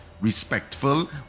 respectful